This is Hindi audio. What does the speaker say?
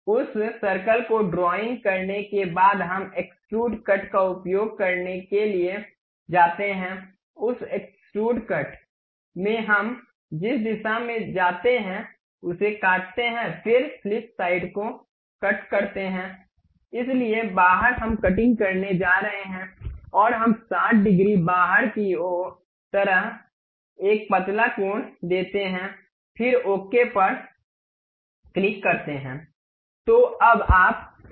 उस सर्कल को ड्राइंग करने के बाद हम एक्सट्रूड कट का उपयोग करने के लिए जाते हैं उस एक्सट्रूड कट में हम जिस दिशा में जाते हैं उसे काटते हैं फिर फ्लिप साइड को कट करते हैं इसलिए बाहर हम कटिंग करने जा रहे हैं और हम 60 डिग्री बाहर की तरह एक पतला कोण देते हैं फिर ओके पर क्लिक करते हैं